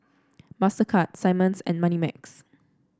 Mastercard Simmons and Moneymax